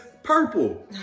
purple